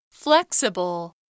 Flexible